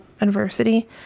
adversity